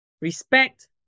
respect